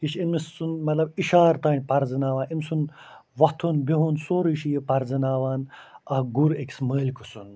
یہِ چھُ أمۍ سُنٛد مطلب اِشارٕ تانۍ پَرزٕناوان أمۍ سُنٛد وۄتھُن بیہُن سورُے چھُ یہِ پَرزٕناوان اَکھ گُر أکِس مٲلکہٕ سُنٛد